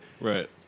right